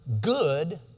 good